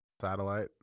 satellite